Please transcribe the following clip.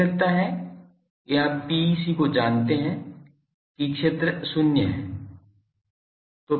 मुझे लगता है कि आप PEC को जानते हैं कि क्षेत्र शून्य हैं